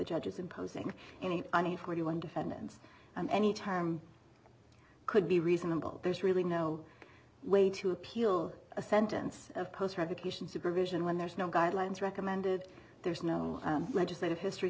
judge is imposing any on a forty one defendants and any time could be reasonable there's really no way to appeal a sentence of post revocation supervision when there's no guidelines recommended there's no legislative history